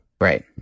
Right